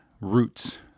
roots